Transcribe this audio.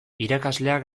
irakasleak